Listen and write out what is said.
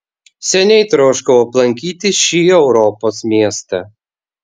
seniai troškau aplankyti šį europos miestą